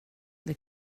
det